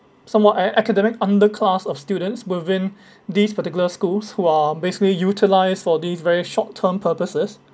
somewhat a~ academic underclass of students within these particular schools who are basically utilised for these very short term purposes